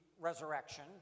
resurrection